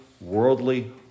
worldly